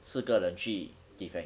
四个人去 defend